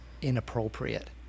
inappropriate